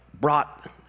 brought